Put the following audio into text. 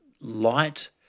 light